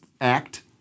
act